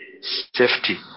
safety